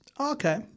okay